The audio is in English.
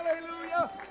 Hallelujah